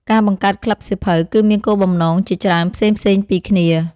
ការបង្កើតក្លឹបសៀវភៅ គឺមានគោលបំណងជាច្រើនផ្សេងៗពីគ្នា។